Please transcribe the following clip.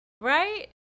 Right